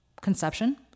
conception